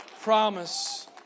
promise